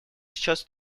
сейчас